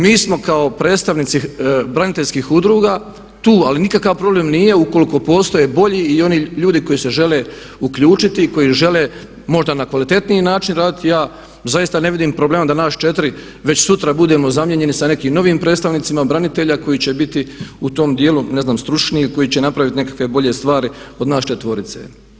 Mi smo kao predstavnici braniteljskih udruga tu ali nikakav problem nije ukoliko postoje bolji i oni ljudi koji se žele uključiti, koji žele možda na kvalitetniji način raditi, ja zaista ne vidim problema da nas četiri već sutra budemo zamijenjeni sa nekim novim predstavnicima branitelja koji će biti u tom dijelu ne znam stručniji, koji će napraviti nekakve bolje stvari od nas četvorice.